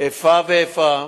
איפה ואיפה